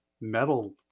metal